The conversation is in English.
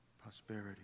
prosperity